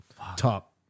top